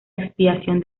expiación